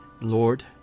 Lord